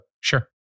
Sure